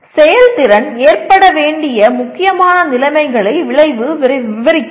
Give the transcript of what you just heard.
செயல்திறன் ஏற்பட வேண்டிய முக்கியமான நிலைமைகளை விளைவு விவரிக்கிறது